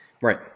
Right